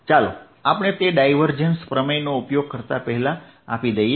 ચાલો આપણે તે ડાયવર્જેન્સ પ્રમેયનો ઉપયોગ કરતા પહેલા આપી દઇએ